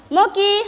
Moki